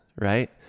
right